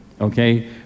Okay